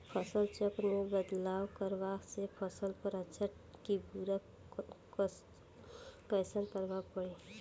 फसल चक्र मे बदलाव करला से फसल पर अच्छा की बुरा कैसन प्रभाव पड़ी?